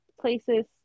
places